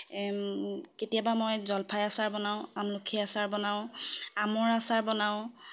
কেতিয়াবা মই জলফাই আচাৰ বনাওঁ আমলখি আচাৰ বনাওঁ আমৰ আচাৰ বনাওঁ